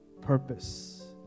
purpose